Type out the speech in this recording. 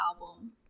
album